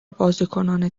بازیکنان